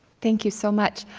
thank you so much!